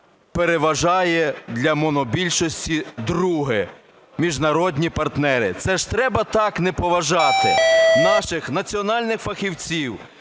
переважає для монобільшості друге – міжнародні партнери. Це ж треба так не поважати наших національних фахівців,